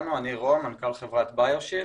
מנכ"ל חברת ביו-שילד.